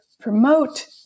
promote